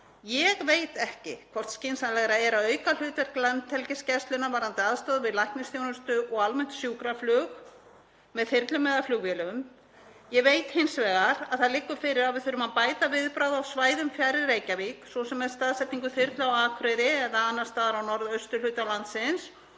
Ég veit ekki hvort skynsamlegra er að auka hlutverk Landhelgisgæslunnar varðandi aðstoð við læknisþjónustu og almennt sjúkraflug með þyrlum eða flugvélum. Ég veit hins vegar að það liggur fyrir að við þurfum að bæta viðbragð á svæðum fjarri Reykjavík, svo sem með staðsetningu þyrlu á Akureyri eða annars staðar á norðausturhluta landsins